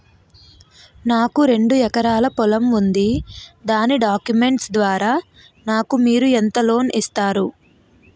నాకు రెండు ఎకరాల పొలం ఉంది దాని డాక్యుమెంట్స్ ద్వారా నాకు ఎంత లోన్ మీరు ఇస్తారు?